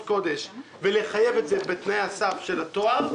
קודש ולחייב את זה בתנאי הסף של התואר,